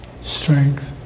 strength